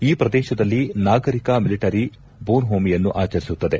ಈ ಪ್ರದೇಶದಲ್ಲಿ ನಾಗರಿಕ ಮಿಲಿಟರಿ ಬೊನ್ಹೋಮಿಯನ್ನು ಆಚರಿಸುತ್ತದೆ